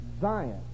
Zion